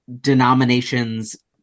denominations